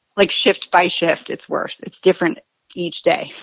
like, shift by shift, it's worse. it's different each day,